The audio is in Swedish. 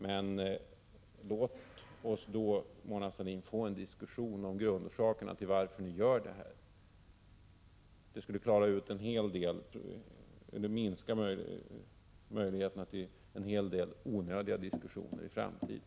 Men låt oss, Mona Sahlin, få en diskussion om grundorsakerna till att ni gör det här. Det skulle minska möjligheterna till en hel del onödiga diskussioner i framtiden.